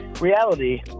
reality